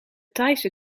thaise